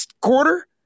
quarter